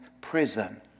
prison